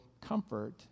comfort